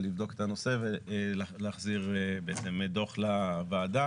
לבדוק את הנושא ולהחזיר בהתאם דוח לוועדה.